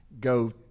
go